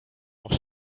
noch